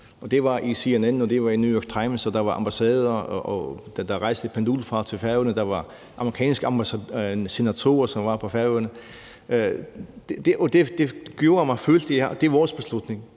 det var i New York Times, og der var ambassadører, der rejste i pendulfart til Færøerne, og der var amerikanske senatorer, som var på Færøerne – gjorde det, at vi følte, at det var vores beslutning.